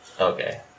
Okay